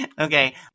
Okay